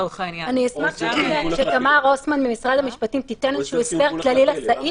אני אשמח שתמר רוסמן ממשרד המשפטים תיתן הסבר כללי לסעיף,